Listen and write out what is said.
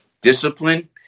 discipline